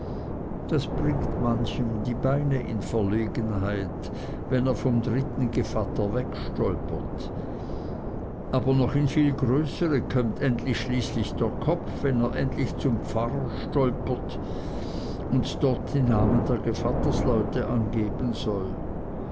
das bringt manchem die beine in verlegenheit wenn er vom dritten gevatter wegstolpert aber noch in viel größere kömmt schließlich der kopf wenn er endlich zum pfarrer stolpert und dort die namen der gevattersleute angeben soll